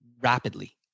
rapidly